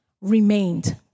remained